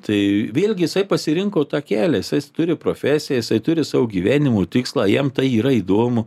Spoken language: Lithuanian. tai vėlgi jisai pasirinko tą kelią jisai turi profesiją jisai turi savo gyvenimo tikslą jam tai yra įdomu